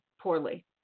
poorly